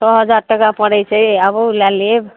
सए हजार टका पड़ै छै आबू लै लेब